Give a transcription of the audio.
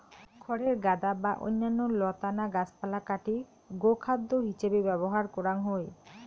খড়ের গাদা বা অইন্যান্য লতানা গাছপালা কাটি গোখাদ্য হিছেবে ব্যবহার করাং হই